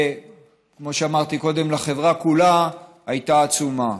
וכמו שאמרתי קודם, לחברה כולה, הייתה עצומה.